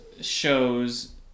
shows